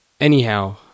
Anyhow